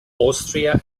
austria